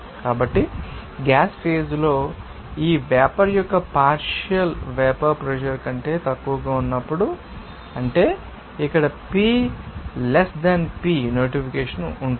కాబట్టి gas phase లో ఈ వేపర్ యొక్క పార్షియల్ ప్రెషర్ వేపర్ ప్రెషర్ కంటే తక్కువగా ఉన్నప్పుడు అంటే ఇక్కడ pi less than pi notation కోసం ఉంటుంది